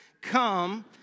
Come